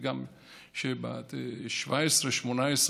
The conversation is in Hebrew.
בת 17 18,